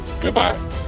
Goodbye